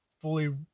fully